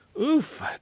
oof